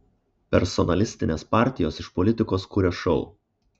personalistinės partijos iš politikos kuria šou